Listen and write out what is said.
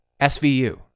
SVU